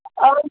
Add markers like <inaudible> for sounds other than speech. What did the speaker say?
<unintelligible>